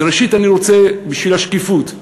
ראשית, אני רוצה, בשביל השקיפות,